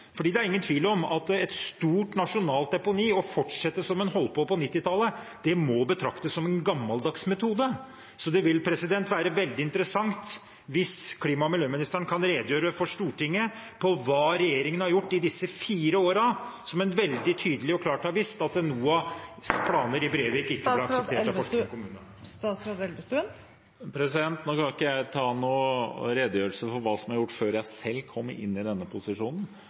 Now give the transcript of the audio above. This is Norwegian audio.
Det er ingen tvil om at et stort nasjonalt deponi og å fortsette slik en holdt på på 1990-tallet, må betraktes som en gammeldags metode. Det vil være veldig interessant hvis klima- og miljøministeren kan redegjøre for Stortinget om hva regjeringen har gjort i disse fire årene, når en veldig tydelig og klart har visst at NOAHs planer i Brevik ikke ble akseptert av Porsgrunn kommune. Jeg kan ikke redegjøre for hva som er gjort før jeg selv kom i denne posisjonen,